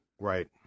Right